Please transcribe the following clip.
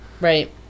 Right